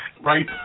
Right